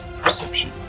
Perception